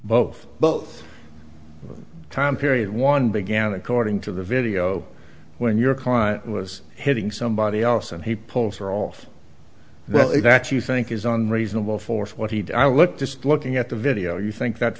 both both time period one began according to the video when your client was hitting somebody else and he pulls her off the exact you think is on reasonable force what he did i look just looking at the video you think that